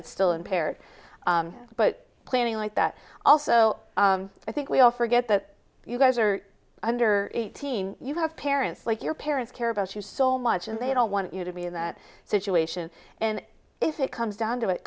it's still impaired but planning like that also i think we all forget that you guys are under eighteen you have parents like your parents care about you so much and they don't want you to be in that situation and if it comes down to it